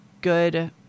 good